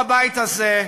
בבית הזה,